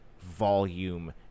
volume